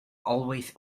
always